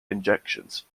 injections